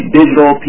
digital